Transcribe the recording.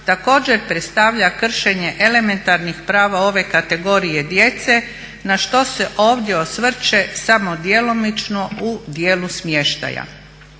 također predstavlja kršenje elementarnih prava ove kategorije djece na što se ovdje osvrće samo djelomično u dijelu smještaja.